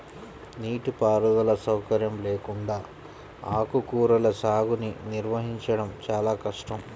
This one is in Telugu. నీటిపారుదల సౌకర్యం లేకుండా ఆకుకూరల సాగుని నిర్వహించడం చాలా కష్టం